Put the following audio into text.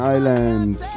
Islands